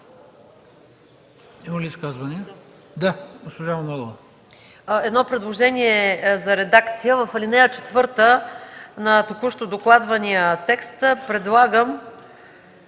едно предложение за редакция. В ал. 4 на току-що докладвания текст предлагам